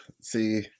see